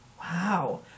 Wow